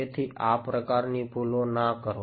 તેથી આ પ્રકારની ભૂલો ના કરો